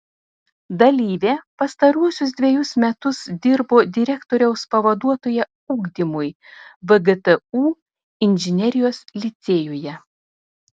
dalyvė pastaruosius dvejus metus dirbo direktoriaus pavaduotoja ugdymui vgtu inžinerijos licėjuje